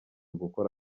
gukora